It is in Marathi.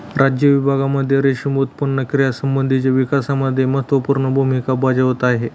राज्य विभागांमध्ये रेशीम उत्पादन क्रियांसंबंधीच्या विकासामध्ये महत्त्वपूर्ण भूमिका बजावत आहे